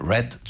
Red